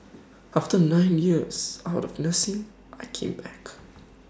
after nine years out of nursing I came back